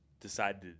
decided